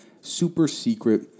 super-secret